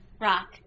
rock